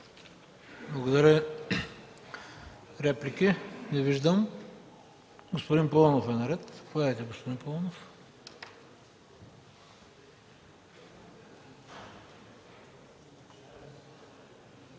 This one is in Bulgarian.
Благодаря. Реплики? Не виждам. Господин Паунов е наред.